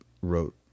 wrote